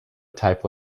type